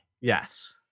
yes